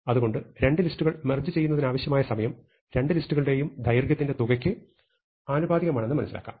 അതുകൊണ്ട് രണ്ടു ലിസ്റ്റുകൾ മെർജ് ചെയ്യുവാനാവശ്യമായ സമയം രണ്ടു ലിസ്റ്റുകളുടെയും ദൈർഘ്യത്തിന്റെ തുകയ്ക്ക് ആനുപാതികമാണെന്ന് മനസ്സിലാക്കാം